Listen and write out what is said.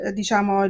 diciamo